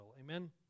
Amen